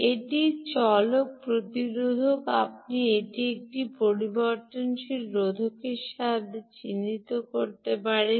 একটি চলক প্রতিরোধক আপনি এটি একটি পরিবর্তনশীল রোধকের সাহায্যে চিহ্নিত করতে পারেন